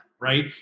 right